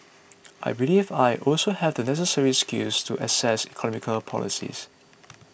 I believe I also have the necessary skills to assess economic policies